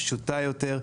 פשוטה יותר,